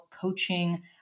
coaching